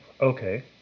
Okay